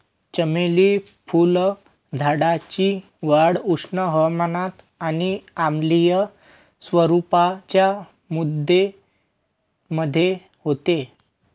चमेली फुलझाडाची वाढ उष्ण हवामानात आणि आम्लीय स्वरूपाच्या मृदेमध्ये होते